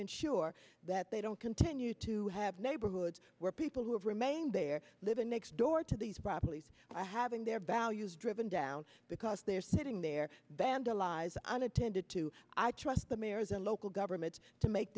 ensure that they don't continue to have neighborhoods where people who have remained they're living next door to these properties having their values driven down because they're sitting there vandalized and attended to trusts the mayors and local governments to make